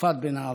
שפת בין הערביים.